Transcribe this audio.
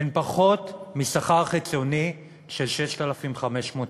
הן פחות משכר חציוני של 6,500 שקל.